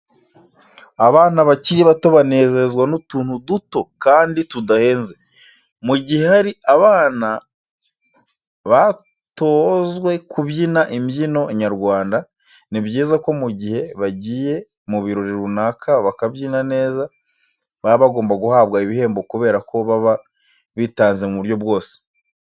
Abana bakiri bato banezezwa n'utuntu duto kandi tudahenze. Mu gihe hari abana batozwe kubyina imbyino nyarwanda, ni byiza ko mu gihe bagiye mu birori runaka bakabyina neza baba bagomba guhabwa ibihembo kubera ko baba bitanze mu buryo bwose.